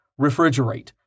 Refrigerate